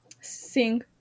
Sing